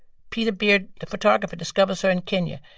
peter beard, the photographer, discovers her in kenya,